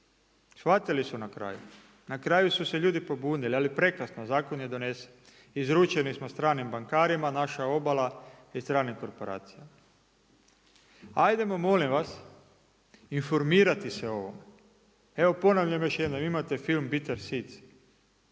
shvatili su na kraju, na kraju su se ljudi pobunili, ali je prekasno zakon je donesen. Izručeni smo stranim bankarima, naša obala i stranim korporacijama. Hajdemo molim vas informirati se o ovome. Evo ponavljam, imate film „Bitter Seeds“,